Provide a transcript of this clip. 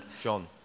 John